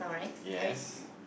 yes